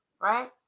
right